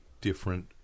different